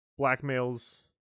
blackmails